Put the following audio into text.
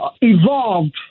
evolved